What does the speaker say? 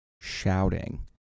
shouting